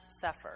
suffer